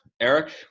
Eric